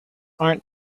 aren’t